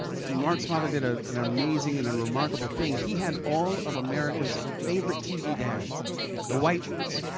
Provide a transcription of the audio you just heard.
mark's father did ah an amazing and and remarkable thing. he had all of america's favorite tv dads the white ones,